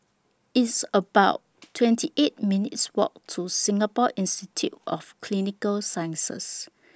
It's about twenty eight minutes' Walk to Singapore Institute of Clinical Sciences